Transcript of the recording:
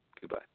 Goodbye